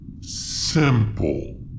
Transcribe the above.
Simple